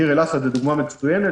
דיר אל-אסד זו דוגמה מצוינת,